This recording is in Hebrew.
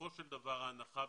בסופו של דבר ההנחה הבסיסית,